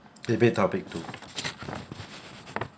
debate topic two